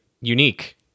Unique